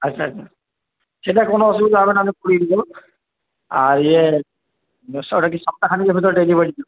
আচ্ছা আচ্ছা সেটা কোনও অসুবিধা হবে না আমি পুরোই দেবো আর ইয়ের সপ্তাখানেকের ভেতর ডেলিভারি